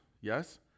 yes